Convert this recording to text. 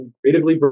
creatively